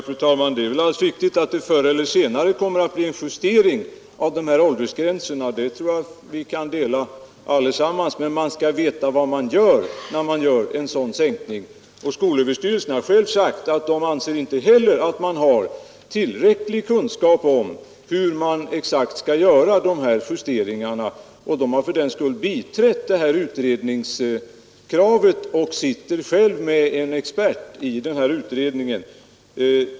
Fru talman! Det är alldeles riktigt att det förr eller senare kommer att bli en justering av åldersgränserna; den uppfattningen tror jag vi kan dela allesammans. Men men skall veta vad man gör när man företar en sådan ändring. Skolöverstyrelsen har sagt att man inte heller där anser sig ha tillräcklig kunskap om hur justeringarna exakt skall göras, och styrelsen har fördenskull biträtt utredningskravet och har själv en expert som sitter med i utredningen.